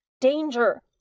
Danger